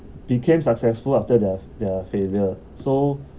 became successful after the the failure so